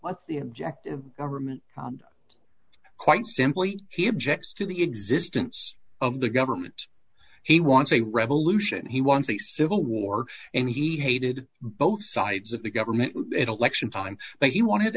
the object of government quite simply he objects to the existence of the government he wants a revolution he wants a civil war and he hated both sides of the government it election time but he wanted